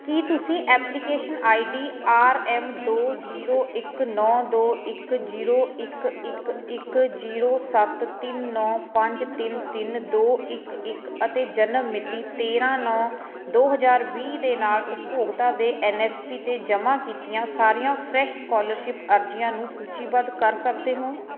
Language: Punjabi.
ਕੀ ਤੁਸੀਂ application I D R M ਦੋ ਜੀਰੋ ਇੱਕ ਨੌ ਦੋ ਇੱਕ ਜੀਰੋ ਇੱਕ ਇੱਕ ਇੱਕ ਜੀਰੋ ਸੱਤ ਤਿੰਨ ਨੌ ਪੰਜ ਤਿੰਨ ਤਿੰਨ ਦੋ ਇੱਕ ਇੱਕ ਅਤੇ ਜਨਮ ਮਿਤੀ ਤੇਰ੍ਹਾਂ ਨੌ ਦੋ ਹਜ਼ਾਰ ਵੀਹ ਦੇ ਨਾਲ ਉਪਭੋਗਤਾ ਦੇ ਐੱਨ ਐੱਸ ਪੀ 'ਤੇ ਜਮ੍ਹਾਂ ਕੀਤੀਆਂ ਸਾਰੀਆਂ ਫਰੈਸ਼ ਸਕੋਲਰਸ਼ਿਪ ਅਰਜ਼ੀਆਂ ਨੂੰ ਸੂਚੀਬੱਧ ਕਰ ਸਕਦੇ ਹੋ